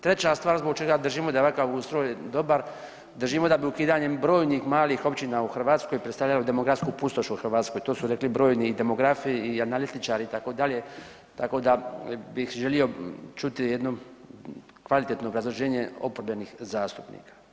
Treća stvar zbog čega držimo da je ovakav ustroj dobar, držimo da bi ukidanjem brojnih malih općina u Hrvatskoj predstavljalo demografsku pustoš u Hrvatskoj, to su rekli brojni demografi i analitičari itd. tako da bih želio čuti jedno kvalitetno obrazloženje oporbenih zastupnika.